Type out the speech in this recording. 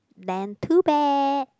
then too bad